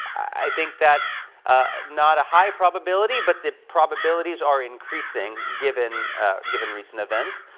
i think that's not a high probability, but the probabilities are increasing, given given recent events.